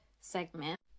segment